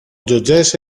τζοτζές